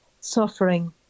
suffering